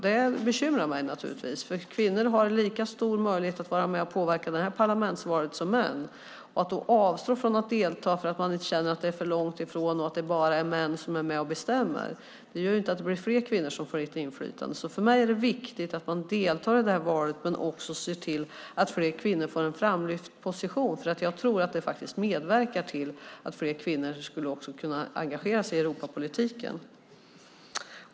Det bekymrar mig naturligtvis eftersom kvinnor har lika stora möjligheter som män att vara med och påverka detta parlamentsval. Att då avstå från att delta för att man känner att det är för långt ifrån och att det bara är män som är med och bestämmer gör inte att det blir fler kvinnor som får lite inflytande. För mig är det viktigt att man deltar i detta val men också att man ser till att fler kvinnor får en framlyft position. Jag tror att det faktiskt skulle medverka till att fler kvinnor också skulle kunna engagera sig i Europapolitiken.